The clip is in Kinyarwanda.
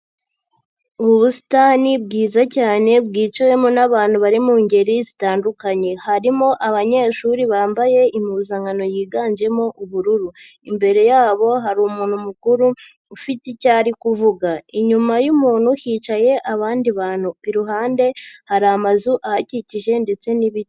Ubusitani bwiza cyane bwicawemo n'abantu bari mu ngeri zitandukanye. Harimo abanyeshuri bambaye impuzankano yiganjemo ubururu, imbere yabo hari umuntu mukuru, ufite icyo ari kuvuga, inyuma y'umuntu hicaye abandi bantu, iruhande hari amazu ahakikije ndetse n'ibiti.